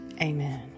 Amen